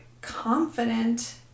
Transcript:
confident